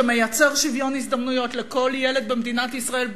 שמייצר שוויון הזדמנויות לכל ילד במדינת ישראל,